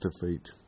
defeat